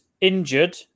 injured